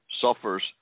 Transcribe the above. suffers